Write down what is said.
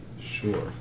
Sure